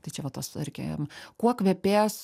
tai čia va tos tarkim kuo kvepės